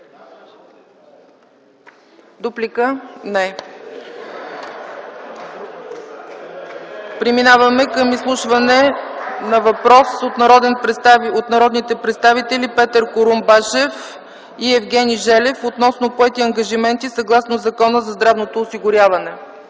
в блока на КБ.) Преминаваме към изслушване на въпрос от народните представители Петър Курумбашев и Евгений Желев относно поети ангажименти съгласно Закона за здравното осигуряване.